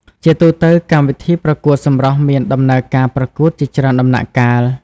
ជាទូទៅ កម្មវិធីប្រកួតសម្រស់មានដំណើរការប្រកួតជាច្រើនដំណាក់កាល។